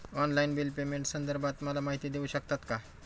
Online bill पेमेंटसंदर्भात मला माहिती देऊ शकतात का?